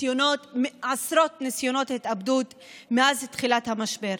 עשרות ניסיונות התאבדות מאז תחילת המשבר,